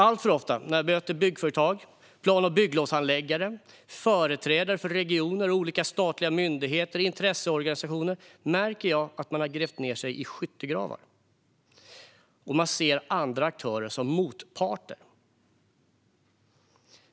Alltför ofta när jag möter byggföretag, plan och bygglovshandläggare, företrädare för regioner och olika statliga myndigheter och intresseorganisationer märker jag att man har grävt ned sig i skyttegravar och ser andra aktörer som motparter.